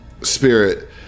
spirit